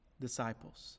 disciples